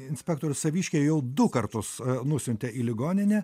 inspektorius saviškę jau du kartus nusiuntė į ligoninę